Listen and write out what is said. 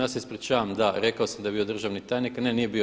Ja se ispričavam, da rekao sam da je bio državni tajnik, ne nije bio.